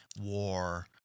war